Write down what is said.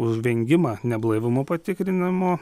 už vengimą neblaivumo patikrinamo